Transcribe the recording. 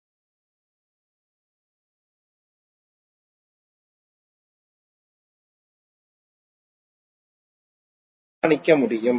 எனவே இந்த விஷயத்தில் V1 மற்றும் V2 இன் வோல்டேஜ் களைக் கண்டுபிடிப்பதே குறிக்கோள் பின்னர் ஒவ்வொரு கிளையிலும் பாயும் கரண்ட் களை நாம் தீர்மானிக்க முடியும்